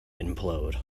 implode